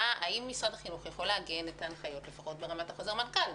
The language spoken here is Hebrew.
האם משרד החינוך יכול לעגן את ההנחיות לפחות ברמת חוזר מנכ"ל?